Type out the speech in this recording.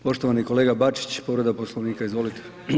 Poštovani kolega Bačić, povreda Poslovnika, izvolite.